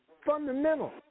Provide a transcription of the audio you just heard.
fundamental